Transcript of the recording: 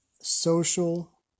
social